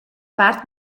part